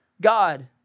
God